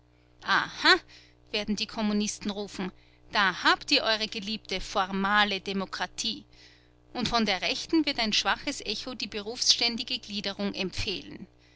aha werden die kommunisten rufen da habt ihr eure geliebte formale demokratie und von der rechten wird ein schwaches echo die berufsständische gliederung empfehlen